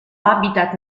habitat